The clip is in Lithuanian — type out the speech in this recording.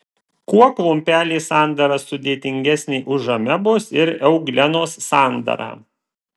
kuo klumpelės sandara sudėtingesnė už amebos ir euglenos sandarą